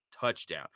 TOUCHDOWN